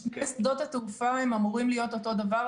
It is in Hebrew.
שני שדות התעופה אמורים להיות אותו דבר,